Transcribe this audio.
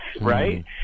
right